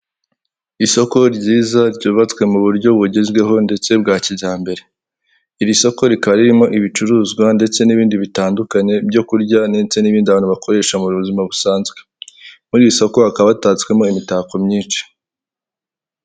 Isoko ryiza ryubatswe mu buryo bugezweho ndetse bwa kijyambere. Iri soko rikaba ririmo ibicuruzwa ndetse n'ibindi bitandukanye byo kurya ndetse n'ibindi abantu bakoresha mu buzima busanzwe. Muri iri soko hakaba hatatswemo imitako myinshi.